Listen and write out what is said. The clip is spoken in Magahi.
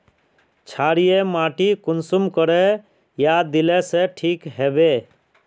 क्षारीय माटी कुंसम करे या दिले से ठीक हैबे?